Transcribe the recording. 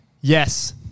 Yes